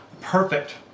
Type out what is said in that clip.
perfect